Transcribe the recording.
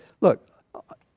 look